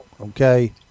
okay